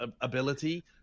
ability